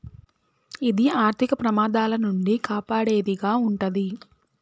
ఇది ఆర్థిక ప్రమాదాల నుండి కాపాడేది గా ఉంటది